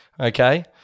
Okay